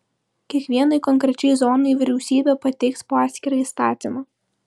kiekvienai konkrečiai zonai vyriausybė pateiks po atskirą įstatymą